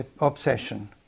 obsession